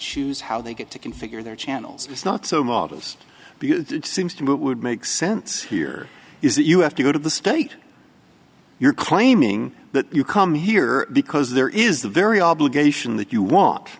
choose how they get to configure their channels it's not so models because it seems to me it would make sense here is that you have to go to the state you're claiming that you come here because there is the very obligation that you want